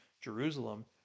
Jerusalem